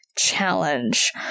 Challenge